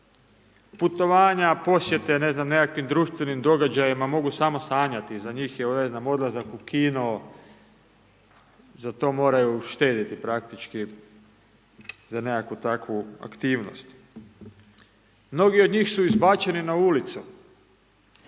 putovanja, posjete ne znam nekakvih društvenim događajima, mogu samo sanjati, za njih je odlazak u kino, za to moraju štedjeti praktički, za nekakvu takvu aktivnost. Mnogi od njih su izbačeni na ulicu,